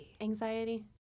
Anxiety